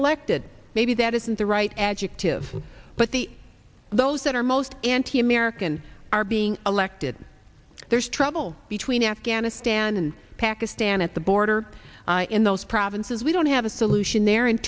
elected maybe that isn't the right adjective but the those that are most anti american are being elected there is trouble between afghanistan and pakistan at the border in those provinces we don't have a solution there